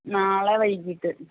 നാളെ വൈകിട്ട്